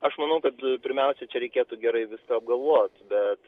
aš manau kad pirmiausia čia reikėtų gerai viską apgalvoti bet